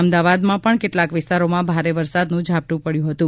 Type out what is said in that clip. અમદાવાદમાં પણ કેટલાંક વિસ્તારોમાં ભારે વરસાદનું ઝાપટું પડ્યું ગયું હતું